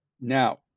Now